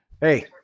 Hey